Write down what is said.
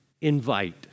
Invite